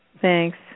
Thanks